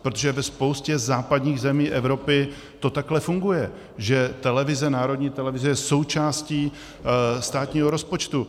Protože ve spoustě západních zemí Evropy to takhle funguje, že televize, národní televize je součástí státního rozpočtu.